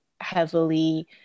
heavily